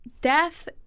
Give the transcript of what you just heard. death